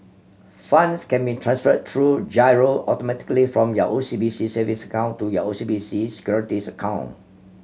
funds can be transferred through giro automatically from your O C B C savings account to your O C B C Securities account